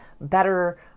better